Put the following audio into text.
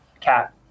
cat